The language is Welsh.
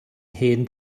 hen